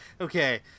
okay